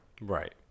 Right